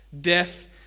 death